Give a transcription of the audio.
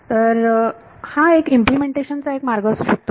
तर प्रकारे असा हा इम्पलेमेंटेशन चा एक मार्ग आहे